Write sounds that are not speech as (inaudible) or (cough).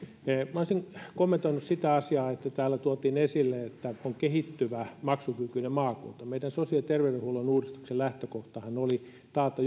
minä olisin kommentoinut sitä asiaa että täällä tuotiin esille että on kehittyvä maksukykyinen maakunta meidän sosiaali ja terveydenhuollon uudistuksen lähtökohtahan oli taata (unintelligible)